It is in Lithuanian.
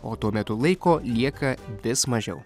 o tuo metu laiko lieka vis mažiau